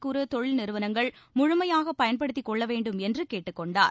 குறு தொழில் நிறுவனங்கள் முழுமையாக பயன்படுத்திக் கொள்ள வேண்டும் என்று கேட்டுக்கொண்டார்